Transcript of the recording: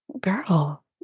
girl